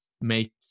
make